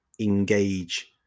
engage